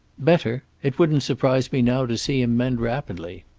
better. it wouldn't surprise me now to see him mend rapidly.